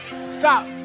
stop